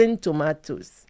tomatoes